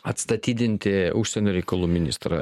atstatydinti užsienio reikalų ministrą